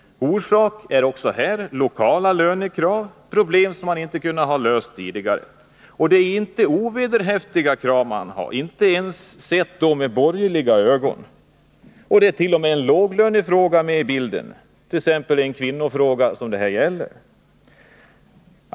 Orsaken är också här lokala lönekrav. Det är dock inte fråga om oskäliga krav, inte ens sett med borgerliga ögon. T. o. m. en låglönefråga är med i bilden — lönen för kvinnliga anställda.